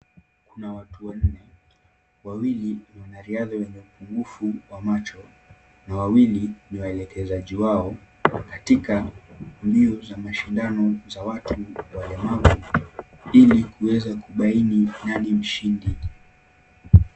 Kuna watu wanne. Wawili ni wanariadha wenye upungufu wa macho na wawili ni waelekezaji wao katika mbio za mashindano za watu walemavu ili kuweza kubaini nani mshindi.